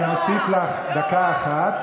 אני מוסיף לך דקה אחת,